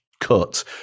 cut